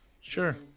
Sure